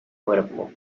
cuerpo